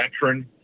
veteran